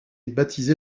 baptisé